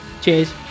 cheers